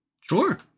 Sure